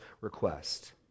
request